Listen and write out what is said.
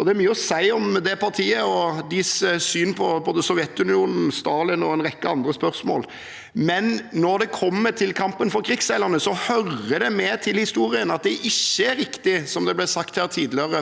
Det er mye å si om det partiet og deres syn på både Sovjetunionen, Stalin og en rekke andre spørsmål, men når det gjelder kampen for krigsseilerne, hører det med til historien at det ikke er riktig, som det ble sagt her